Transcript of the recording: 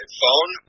phone